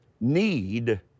need